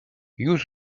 już